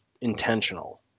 intentional